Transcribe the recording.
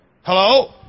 Hello